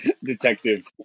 detective